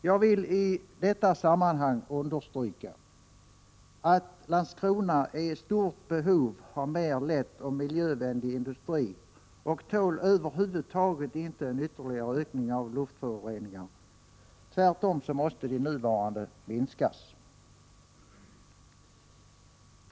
Jag vill i detta sammanhang understryka att Landskrona är i stort behov av lätt och miljövänlig industri. Landskrona tål över huvud taget inte en ytterligare ökning av luftföroreningar. Tvärtom måste de nuvarande minskas.